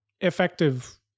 effective